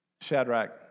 Shadrach